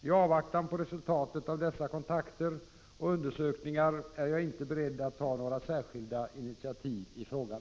I avvaktan på resultatet av dessa kontakter och undersökningar är jag inte beredd att ta några särskilda initiativ i frågan.